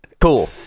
cool